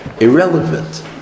irrelevant